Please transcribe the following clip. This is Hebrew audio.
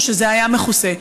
או שזה היה מכוסה.